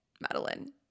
Madeline